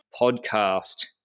podcast